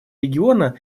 региона